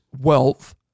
wealth